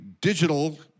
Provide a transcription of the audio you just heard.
digital